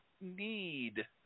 need